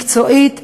מקצועית,